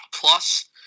plus